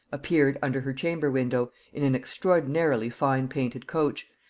appeared under her chamber window in an extraordinarily fine painted coach,